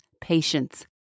patience